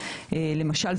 למשל,